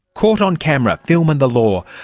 caught on camera, film and the law,